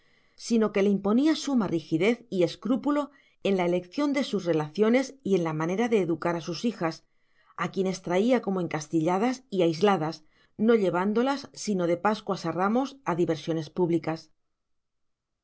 sino que le imponía suma rigidez y escrúpulo en la elección de sus relaciones y en la manera de educar a sus hijas a quienes traía como encastilladas y aisladas no llevándolas sino de pascuas a ramos a diversiones públicas